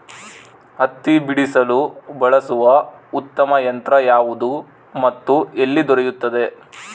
ಹತ್ತಿ ಬಿಡಿಸಲು ಬಳಸುವ ಉತ್ತಮ ಯಂತ್ರ ಯಾವುದು ಮತ್ತು ಎಲ್ಲಿ ದೊರೆಯುತ್ತದೆ?